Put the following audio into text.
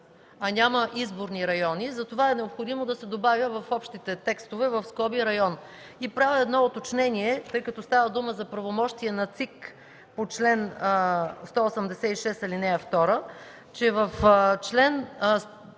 а няма изборни райони, затова е необходимо да се добавя в общите текстове в скоби „район”. И правя едно уточнение – тъй като става дума за правомощия на ЦИК по чл. 186, ал. 2, че в чл.